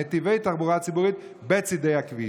נתיבי תחבורה ציבורית בצידי הכביש.